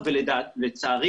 אנחנו בני אדם, נבראנו בצלם.